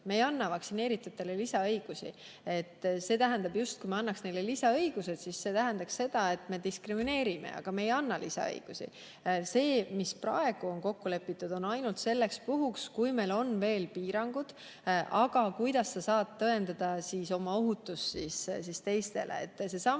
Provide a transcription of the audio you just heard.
Me ei anna vaktsineeritutele lisaõigusi. Kui me annaks neile lisaõigusi, siis see tähendab, et me diskrimineerime, aga me ei anna lisaõigusi. See, milles praegu on kokku lepitud, on ainult selleks puhuks, kui meil on veel piirangud, et kuidas sa saad tõendada oma ohutust teistele. Ka seesama